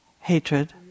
Hatred